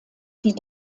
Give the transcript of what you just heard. die